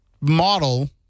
model